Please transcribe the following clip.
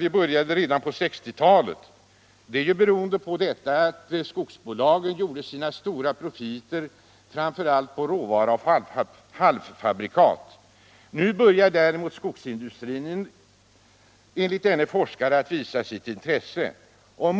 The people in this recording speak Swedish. vi började med det redan på 1960-talet — är ju beroende på att skogsbolagen gjorde sina stora profiter framför allt på råvaror och halvfabrikat. Nu börjar däremot skogsindustrin enligt denne forskare att visa sitt intresse för sådan forskning.